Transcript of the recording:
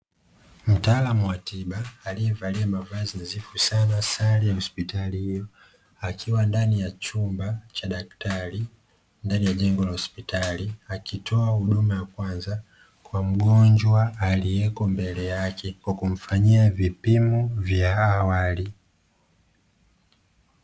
Mtaalamu wa tiba aliyevalia mavazi nadhifu sana sare ya hospitali hiyo akiwa ndani ya chumba cha daktari ndani ya jengo la hospitali, akitoa huduma ya kwanza kwa mgonjwa aliyeko mbele yake kwa kumfanyia vipimo vya awali.